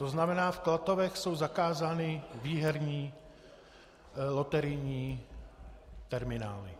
To znamená, v Klatovech jsou zakázány výherní loterijní terminály.